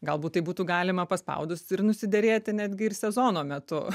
galbūt tai būtų galima paspaudus ir nusiderėti netgi ir sezono metu